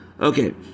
Okay